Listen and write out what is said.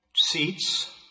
seats